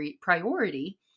priority